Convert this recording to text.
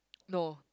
no